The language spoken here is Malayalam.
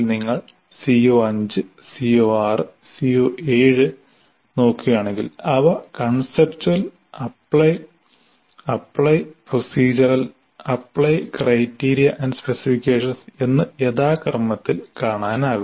നിങ്ങൾ CO5 CO6 CO7 നോക്കുകയാണെങ്കിൽ അവ conceptual apply apply procedural apply criteria specifications എന്ന് യഥാ ക്രമത്തിൽ കാണാനാകും